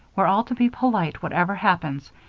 we're all to be polite, whatever happens,